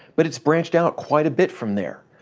but it's branched out quite a bit from there.